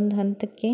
ಒಂದು ಹಂತಕ್ಕೆ